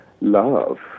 love